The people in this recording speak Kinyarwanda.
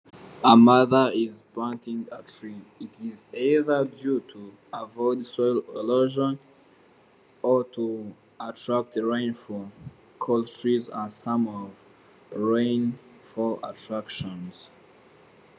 Umuntu uri gutera ibiti mu rwego rwo kugirango yirinde isuri. Nibyiza ko abaturarwanda dusobanukirwa umumaro wo kwita no kubungabunga ibidukikije, kugira ngo hafatwe neza ubutaka.